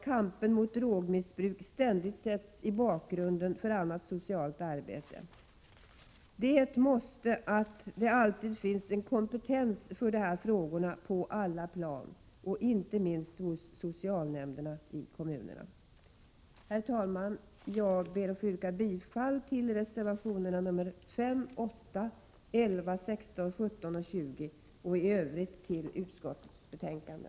Kampen mot drogmissbruket får inte ständigt sättas i bakgrunden för annat socialt arbete. Det är ett måste att det alltid finns en kompetens för de här frågorna på alla plan, inte minst hos socialnämnderna i kommunerna. Herr talman! Jag ber att få yrka bifall till reservationerna 5, 8, 11, 16, 17 och 20 samt i övrigt till hemställan i utskottets betänkande.